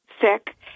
sick